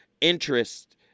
interest